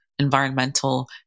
environmental